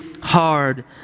hard